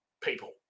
people